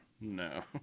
No